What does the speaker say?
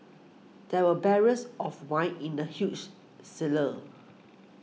there were barrels of wine in the huge cellar